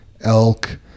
elk